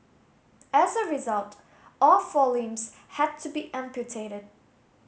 as a result all four limbs had to be amputated